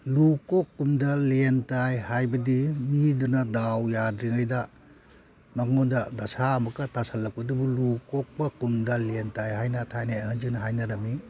ꯂꯨ ꯀꯣꯛ ꯀꯨꯝꯗ ꯂꯦꯟ ꯇꯥꯏ ꯍꯥꯏꯕꯗꯤ ꯃꯤꯗꯨꯅ ꯗꯥꯎ ꯌꯥꯗ꯭ꯔꯤꯉꯩꯗ ꯃꯉꯣꯟꯗ ꯗꯁꯥ ꯑꯃꯨꯛꯀ ꯇꯥꯁꯤꯜꯂꯛꯄꯗꯨꯕꯨ ꯂꯨ ꯀꯣꯛꯄ ꯀꯨꯝꯗ ꯂꯦꯟ ꯇꯥꯏ ꯍꯥꯏꯅ ꯊꯥꯏꯅꯒꯤ ꯑꯍꯟꯁꯤꯡꯅ ꯍꯥꯏꯅꯔꯝꯃꯤ